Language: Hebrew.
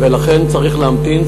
לכן צריך להמתין.